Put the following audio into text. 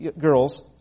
girls